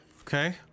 Okay